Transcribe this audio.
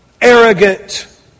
arrogant